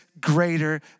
greater